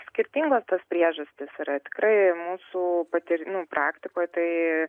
skirtingos tos priežastys yra tikrai mūsų pati nu praktikoj tai